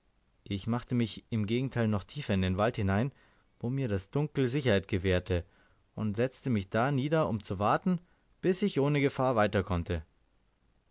ich machte mich im gegenteile noch tiefer in den wald hinein wo mir das dunkel sicherheit gewährte und setzte mich da nieder um zu warten bis ich ohne gefahr weiter konnte